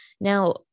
now